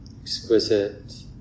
exquisite